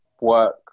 work